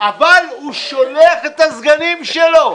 אבל הוא שולח את הסגנים שלו.